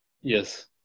Yes